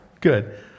good